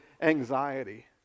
anxiety